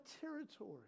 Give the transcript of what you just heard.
territory